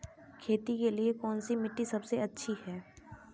खेती के लिए कौन सी मिट्टी सबसे अच्छी है?